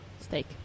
Steak